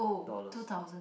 dollars